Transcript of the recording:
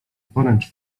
poręcz